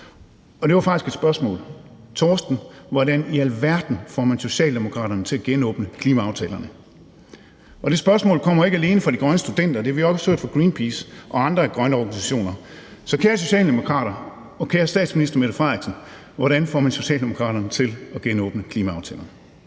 og det var faktisk et spørgsmål: Torsten, hvordan i alverden får man Socialdemokraterne til at genåbne klimaaftalerne? Og det spørgsmål kommer jo ikke alene fra de grønne studenter, men det har vi også hørt fra Greenpeace og andre grønne organisationer. Så, kære Socialdemokrater og kære statsminister: Hvordan får man Socialdemokraterne til at genåbne klimaaftalerne?